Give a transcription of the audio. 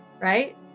Right